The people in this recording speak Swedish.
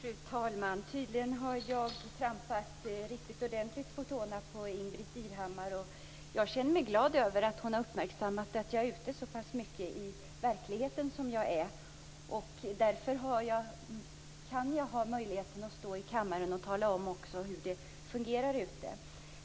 Fru talman! Tydligen har jag trampat Ingbritt Irhammar riktigt ordentligt på tårna. Jag känner mig glad över att hon har uppmärksammat att jag är ute så pass mycket i verkligheten som jag är. Därför kan jag stå i kammaren och tala om hur det fungerar där ute.